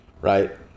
right